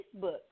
Facebook